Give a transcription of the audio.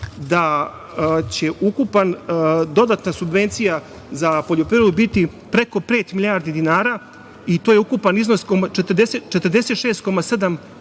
da će ukupna dodatna subvencija za poljoprivredu biti preko pet milijardi dinara. To je ukupan iznos od 46,7 milijardi